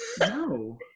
No